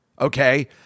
okay